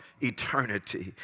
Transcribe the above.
eternity